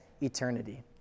eternity